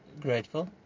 grateful